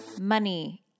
money